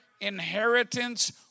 inheritance